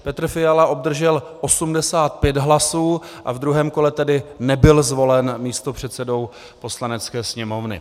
Petr Fiala obdržel 85 hlasů a v druhém kole tedy nebyl zvolen místopředsedou Poslanecké sněmovny.